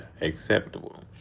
acceptable